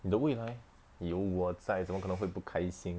你的未来有我在怎么可能会不开心